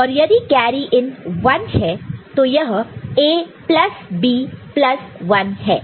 और यदि carry in 1 है तो यह A प्लस B प्लस 1 है